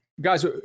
guys